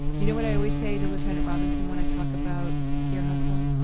you know what i always say to lieutenant robinson when i talk about ear hustle?